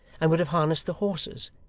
and would have harnessed the horses,